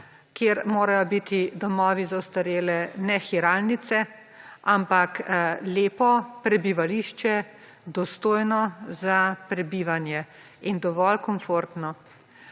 kjer morajo biti domovi za ostarele ne hiralnice, ampak lepo prebivališče, dostojno za prebivanje in dovolj komfortno.